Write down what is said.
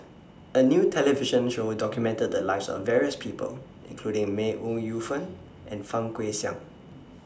A New television Show documented The Lives of various People including May Ooi Yu Fen and Fang Guixiang